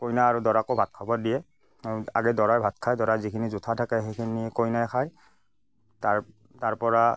কইনা আৰু দৰাকো ভাত খাব দিয়ে আগে দৰাই ভাত খায় দৰাৰ যিখিনি জুঠা থাকে সেইখিনি কইনাই খায় তাৰ তাৰপৰা